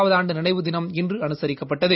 வது ஆண்டு நினைவு தினம் இன்று அனுசரிக்கப்பட்டது